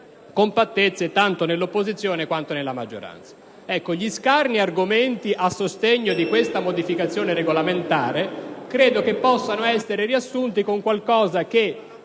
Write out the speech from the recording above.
compattezze tanto nell'opposizione che nella maggioranza. Gli scarni argomenti a sostegno di questa modifica regolamentare possono essere riassunti con qualcosa che